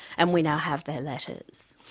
and we now have their letters.